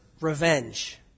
revenge